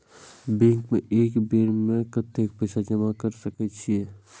Bank में एक बेर में कतेक पैसा जमा कर सके छीये?